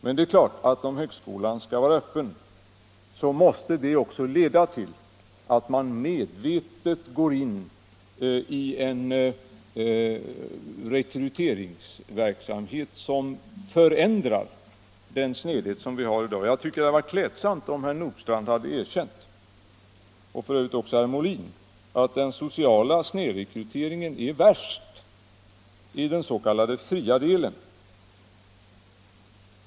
Men det är klart att om högskolan skall vara öppen måste man också medvetet gå in för en rekryteringsverksamhet som förändrar den snedhet i rekryteringen som vi har i dag. Jag tycker att det hade varit klädsamt om herr Nordstrandh — och f.ö. också herr Molin — erkänt att den sociala snedrekryteringen är värst i den s.k. fria delen.